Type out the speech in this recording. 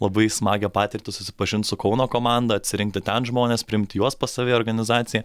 labai smagią patirtį susipažint su kauno komanda atsirinkti ten žmones priimti juos pas save organizaciją